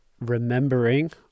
remembering